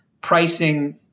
pricing